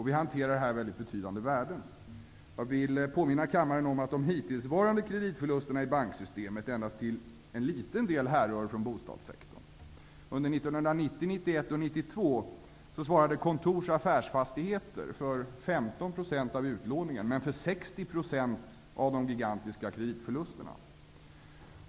Vi hanterar här mycket betydande värden. Jag vill påminna kammaren om att de hittillsvarande kreditförlusterna i banksystemet endast till en liten del härrör från bostadssektorn. Under 1990, 1991 15 % av utlåningen, men för 60 % av de gigantiska kreditförlusterna.